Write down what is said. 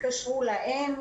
התקשרו לאם.